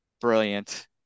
brilliant